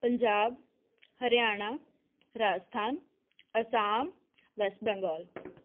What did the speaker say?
Punjab Haryana Rajasthan Assam West Bengal